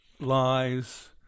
lies